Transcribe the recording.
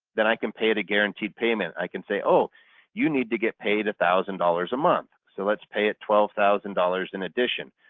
then i can pay it a guaranteed payment. i can say oh you need to get paid one thousand dollars a month so let's pay it twelve thousand dollars in addition.